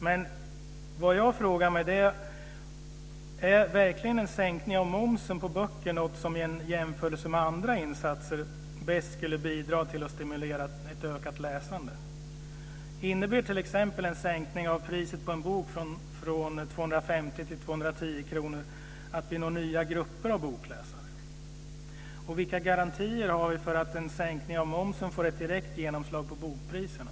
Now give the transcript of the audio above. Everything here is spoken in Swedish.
Men vad jag frågar mig är: Är en sänkning av momsen på böcker verkligen något som i jämförelse med andra insatser bäst skulle bidra till att stimulera ett ökat läsande? Innebär en sänkning av priset på en bok från 250 till 210 kr att vi når nya grupper av bokläsare? Vilka garantier har vi för att en sänkning av momsen får ett direkt genomslag på bokpriserna?